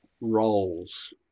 Roles